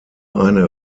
eine